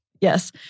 Yes